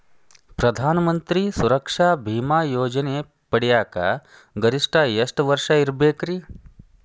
ಪ್ರಧಾನ ಮಂತ್ರಿ ಸುರಕ್ಷಾ ಭೇಮಾ ಯೋಜನೆ ಪಡಿಯಾಕ್ ಗರಿಷ್ಠ ಎಷ್ಟ ವರ್ಷ ಇರ್ಬೇಕ್ರಿ?